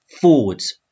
forwards